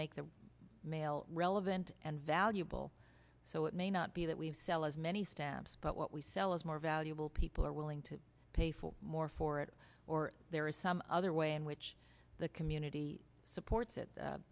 make the mail relevant and valuable so it may not be that we have sell as many stamps but what we sell is more valuable people are willing to pay for more for it or there is some other way in which the community supports it